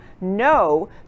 no